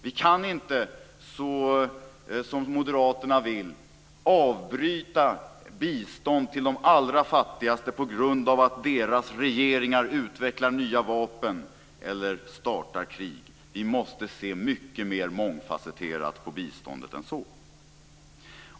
Vi kan inte, som Moderaterna vill, avbryta biståndet till de allra fattigaste på grund av att deras regeringar utvecklar nya vapen eller startar krig. Vi måste se mycket mer mångfacetterat på biståndet än så.